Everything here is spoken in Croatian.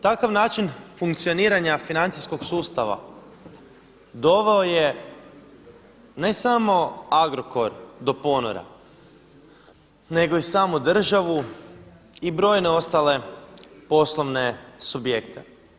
Takav način funkcioniranja financijskog sustava doveo je ne samo Agrokor do ponora nego i samu državu i brojne ostale poslovne subjekte.